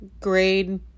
grade